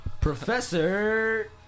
Professor